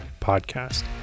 podcast